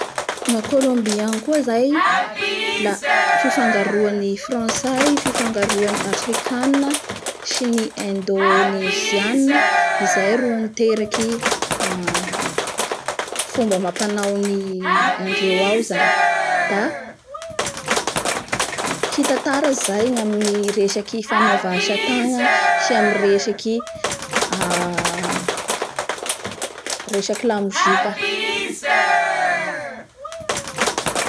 Ny olo a Inde agny zany da mahay mandray olo sady mizara izay ananany. Da ny resaky arapanahy amindreo agny koa moa zay ka misy ny fahaiza mitia olo zany sady mitsinjo olo